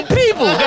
people